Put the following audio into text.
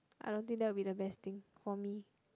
I don't think that will be the best thing for me